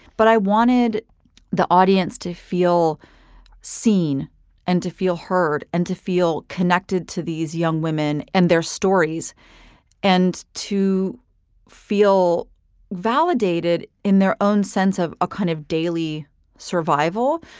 but i wanted the audience to feel seen and to feel heard and to feel connected to these young women and their stories and to feel validated in their own sense of a kind of daily survival.